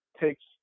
takes